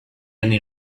anni